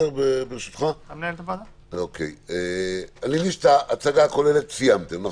אני מבין שאת ההצגה הכוללת סיימתם?